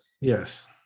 Yes